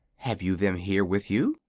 have you them here with you?